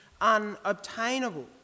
unobtainable